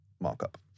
markup